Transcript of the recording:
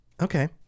Okay